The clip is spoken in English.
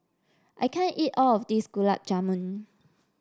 I can't eat all of this Gulab Jamun